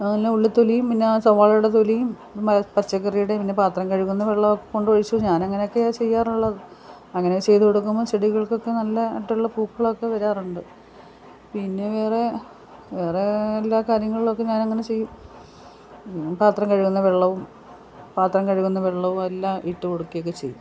പിന്നെ ഉള്ളിത്തൊലിയും പിന്നെ സവാളാടെതൊലിയും പച്ചക്കറീടേം പിന്നാ പാത്രം കഴുകുന്ന വെള്ളമൊക്കെ കൊണ്ട് ഒഴിച്ചു ഞാനങ്ങനോക്കെയാ ചെയ്യാറുള്ളത് അങ്ങനെ ചെയ്ത് കൊടുക്കുമ്പോൾ ചെടികൾക്കൊക്കെ നല്ലായിട്ടുള്ള പൂക്കളൊക്കെ വരാറുണ്ട് പിന്നെ വേറെ വേറെ എല്ലാ കാര്യങ്ങളിലൊക്കെ ഞനങ്ങനെ ചെയ്യും പാത്രം കഴുകുന്ന വെള്ളവും പാത്രം കഴുകുന്ന വെള്ളവും എല്ലാം ഇട്ട് കൊടുക്കയൊക്കെ ചെയ്യും